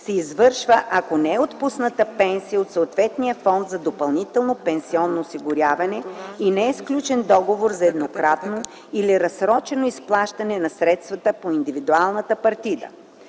се извършва, ако не е отпусната пенсия от съответния фонд за допълнително пенсионно осигуряване и не е сключен договор за еднократно или разсрочено изплащане на средствата по индивидуалната партида.